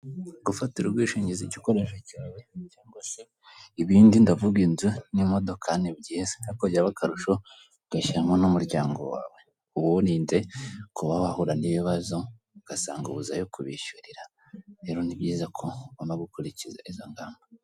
Gufatira ubwishingizi igikoresho cyawe, cyangwa se ibindi ndavuga inzu n'imodoka ni byiza ariko byababa akarusho ugashyiramo n'umuryango wawe, uba uwurinze kuba wahura n'ibibazo, ugasanga ubuze ayo kubishyurira rero ni byiza ko ugomba gukurikiza izo ngamba.